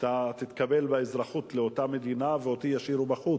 שאתה תתקבל באזרחות לאותה מדינה ואותי ישאירו בחוץ.